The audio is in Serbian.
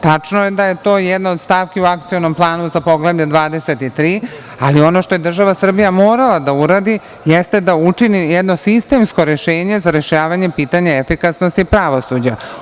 Tačno je da je to jedna od stavki u Akcionom planu za Poglavlje 23, ali ono što je država Srbija morala da uradi, jeste da učini jedno sistemsko rešenje za rešavanje pitanja efikasnosti pravosuđa.